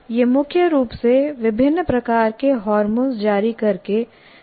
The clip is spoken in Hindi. यह मुख्य रूप से विभिन्न प्रकार के हार्मोन जारी करके नियंत्रित करता है